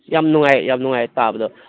ꯌꯥꯝ ꯅꯨꯡꯉꯥꯏ ꯌꯥꯝ ꯅꯨꯡꯉꯥꯏ ꯇꯥꯕꯗ